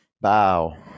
bow